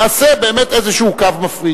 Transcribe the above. נעשֶה באמת איזה קו מפריד.